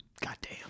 Goddamn